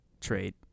trade